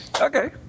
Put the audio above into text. Okay